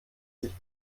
sich